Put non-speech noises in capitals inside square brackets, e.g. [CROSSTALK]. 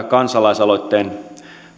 [UNINTELLIGIBLE] kansalaisaloitteen